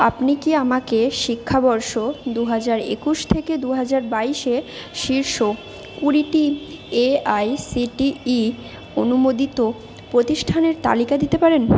আপনি কি আমাকে শিক্ষাবর্ষ দু হাজার একুশ থেকে দু হাজার বাইশে শীর্ষ কুড়িটি এআইসিটিই অনুমোদিত প্রতিষ্ঠানের তালিকা দিতে পারেন